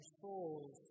souls